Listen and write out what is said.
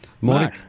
Morning